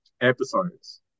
episodes